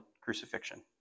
crucifixion